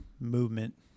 movement